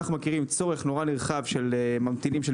אנחנו מכירים צורך נרחב של ממתינים של